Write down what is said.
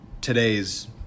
today's